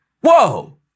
whoa